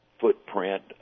footprint